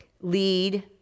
lead